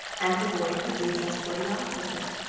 and the boy could do just what he liked with it.